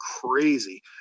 crazy